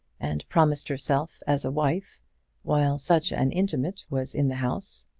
and promised herself as a wife while such an inmate was in the house?